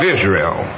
Israel